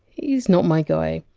he! s not my guy.